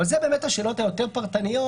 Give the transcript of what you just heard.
אבל אלה באמת השאלות היותר פרטניות